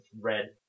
red